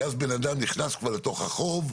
כי אז בן אדם כבר נכנס לתוך החוב,